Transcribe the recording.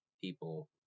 people